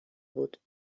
بود